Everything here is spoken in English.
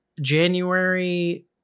January